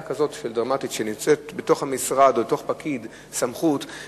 דרמטית כזאת בתוך המשרד או במתן סמכות לפקיד,